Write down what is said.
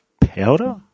powder